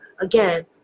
again